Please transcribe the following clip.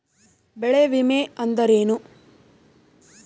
ಬೆಳೆ ವಿಮೆ ಅಂದರೇನು?